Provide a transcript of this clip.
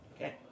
Okay